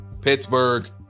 Pittsburgh